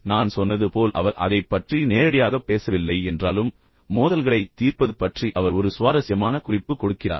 நான் சொன்னது போல் அவர் அதைப் பற்றி நேரடியாகப் பேசவில்லை என்றாலும் மோதல்களைத் தீர்ப்பது பற்றி அவர் ஒரு சுவாரஸ்யமான குறிப்பு கொடுக்கிறார்